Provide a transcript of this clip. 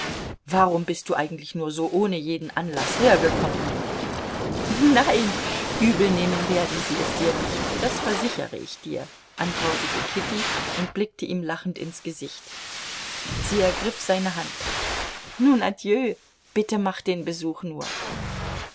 warum bist du eigentlich nur so ohne jeden anlaß hergekommen nein übelnehmen werden sie es dir nicht das versichere ich dir antwortete kitty und blickte ihm lachend ins gesicht sie ergriff seine hand nun adieu bitte mach den besuch nur